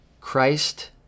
Christ